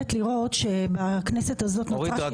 בבקשה, אורית.